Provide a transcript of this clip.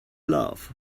love